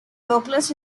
vocalist